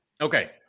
Okay